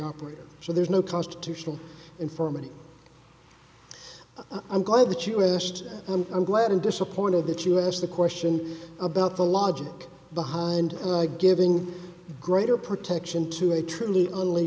operator so there's no cost to tional informative i'm glad that you asked and i'm glad i'm disappointed that you asked the question about the logic behind giving greater protection to a truly only